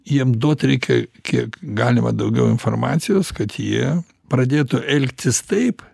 jiem duot reikia kiek galima daugiau informacijos kad jie pradėtų elgtis taip